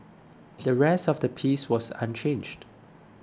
the rest of the piece was unchanged